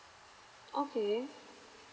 okay